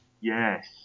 Yes